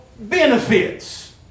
Benefits